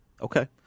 Okay